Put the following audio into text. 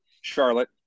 Charlotte